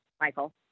Michael